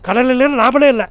கடல் இல்லைன்னா நாமளே இல்லை